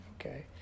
okay